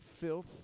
Filth